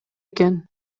экен